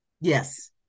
Yes